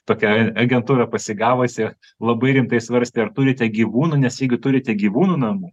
tokiai agentūra pasigavusi labai rimtai svarstė ar turite gyvūnų nes jeingu turite gyvūnam